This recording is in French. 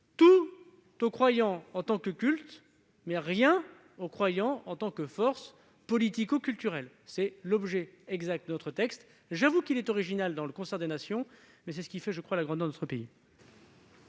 Tout aux croyants en tant que culte, mais rien aux croyants en tant que force politico-culturelle ». Tel est l'objet exact de notre texte. Je reconnais qu'il est original dans le concert des nations, mais c'est ce qui fait, je crois, la grandeur de notre pays.